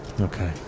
Okay